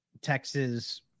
Texas